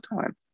time